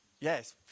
yes